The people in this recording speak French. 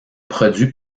produit